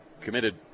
committed